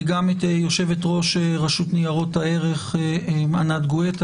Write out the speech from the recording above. וגם את יושבת-ראש הרשות לניירות ערך ענת גואטה.